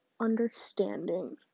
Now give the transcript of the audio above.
understanding